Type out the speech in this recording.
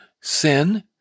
sin